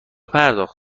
پرداخت